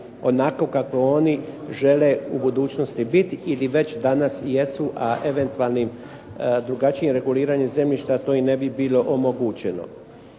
onako kako oni žele u budućnosti biti ili već danas jesu, a eventualnim drugačijim reguliranjem zemljišta to im ne bi bilo omogućeno.